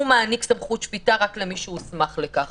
שמעניק סמכות שפיטה רק למי שהוסמך לכך.